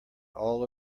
all